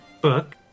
Book